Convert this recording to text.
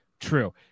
true